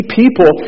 people